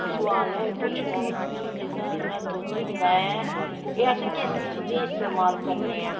सोआल ऐ पुच्छे दा कि जेह्का एह्दा दुध्द होंदा ऐ एह् अस किस चीज़े गी इस्तेमाल करनें ऐं